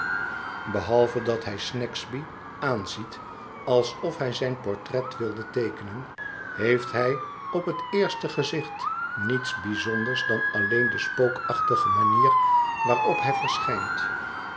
behalve dat hij snagsby aanziet alsof hij zijn portret wilde teekenen heeft hij op het eerste gezicht niets bijzonders dan alleen de spookachtige manier waarop hij verschijnt